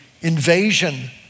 invasion